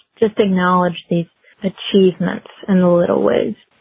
just acknowledge the achievements and the little ways.